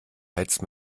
heizt